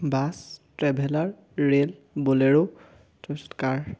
bus traveller rail বলেৰ' তাৰপাছত কাৰ